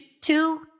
two